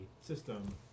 system